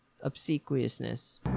obsequiousness